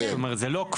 דרור בוימל בפני עצמו.